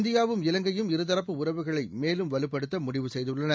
இந்தியாவும் இவங்கையும் இரு தரப்பு உறவுகளை மேலும் வலுப்படுத்த முடிவு செய்துள்ளன